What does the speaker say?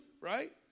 right